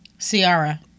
Ciara